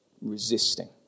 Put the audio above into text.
resisting